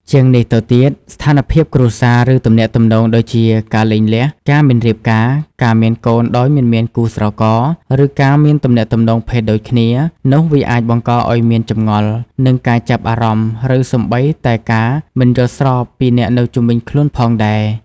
ជាងនេះទៅទៀតស្ថានភាពគ្រួសារ ឬទំនាក់ទំនងដូចជា ការលែងលះ ការមិនរៀបការ ការមានកូនដោយមិនមានគូស្រករ ឬការមានទំនាក់ទំនងភេទដូចគ្នា នោះវាអាចបង្កឱ្យមានចម្ងល់ និងការចាប់អារម្មណ៍ ឬសូម្បីតែការមិនយល់ស្របពីអ្នកនៅជុំវិញខ្លួនផងដែរ។